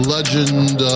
Legend